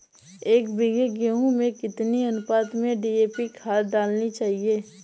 एक बीघे गेहूँ में कितनी अनुपात में डी.ए.पी खाद डालनी चाहिए?